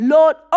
Lord